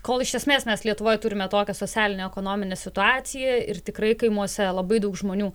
kol iš esmės mes lietuvoj turime tokią socialinę ekonominę situaciją ir tikrai kaimuose labai daug žmonių